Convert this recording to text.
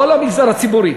כל המגזר הציבורי,